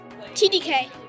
TDK